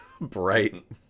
bright